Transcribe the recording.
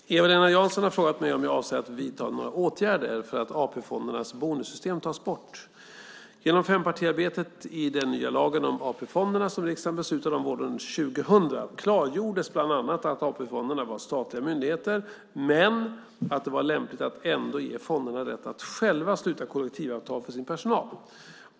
Fru talman! Eva-Lena Jansson har frågat mig om jag avser att vidta några åtgärder för att AP-fondernas bonussystem tas bort. Genom fempartiarbetet med den nya lagen om AP-fonderna som riksdagen beslutade om våren 2000 klargjordes bland annat att AP-fonderna var statliga myndigheter men att det var lämpligt att ändå ge fonderna rätt att själva sluta kollektivavtal för sin personal.